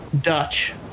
Dutch